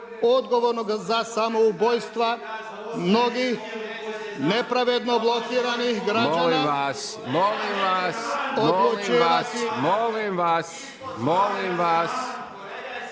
odgovornoga za samoubojstva mnogi nepravedno blokirani građani… …/Upadica Hajdaš Dončić: Molim vas, molim vas, molim vas…/…